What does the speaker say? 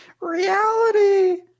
reality